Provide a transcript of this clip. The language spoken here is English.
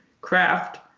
craft